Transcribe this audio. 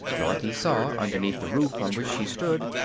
dorothy saw, underneath the roof on which she stood,